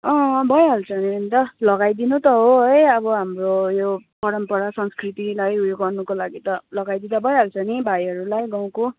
अँ भइहाल्छ नि अन्त लगाइदिनु त हो है अब हाम्रो यो परम्परा संस्कृतिलाई उयो गर्नुको लागि त लगाइदिँदा भइहाल्छ नि भाइहरूलाई गाउँको